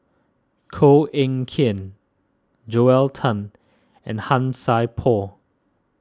Koh Eng Kian Joel Tan and Han Sai Por